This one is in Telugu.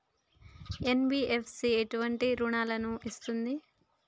ఎన్.బి.ఎఫ్.సి ఎటువంటి రుణాలను ఇస్తుంది?